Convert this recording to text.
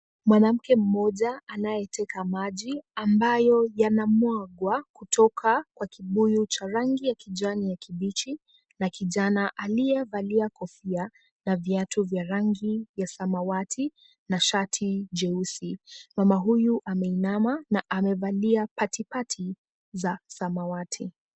Mwanamke mmoja anayeteka maji, ambayo yanamwangwa kutoka kwa kibuyu cha rangi ya kijani ya kibichi, na kijana aliyevalia kofia na viatu vya rangi ya samawati na shati jeusi. Mama huyu ameinama na amevalia patipati za samawati.